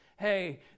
hey